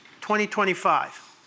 2025